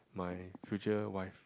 my future wife